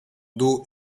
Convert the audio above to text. dos